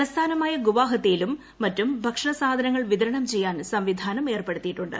തലസ്ഥാനുമായ് ഗുവഹത്തിയിലും മറ്റും ഭക്ഷണസാധനങ്ങൾ വിതരണം പ്പെച്ചാൻ സംവിധാനമേർപ്പെടുത്തിയിട്ടുണ്ട്